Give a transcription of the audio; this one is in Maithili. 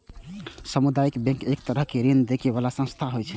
सामुदायिक बैंक एक तरहक ऋण दै बला संस्था होइ छै